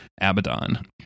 abaddon